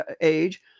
age